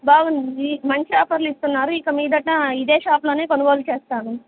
బాగుంది మంచి ఆఫర్లు ఇస్తున్నారు ఇక మీద ఇదే షాప్లో కొనుగోలు చేస్తాను